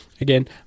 Again